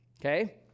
okay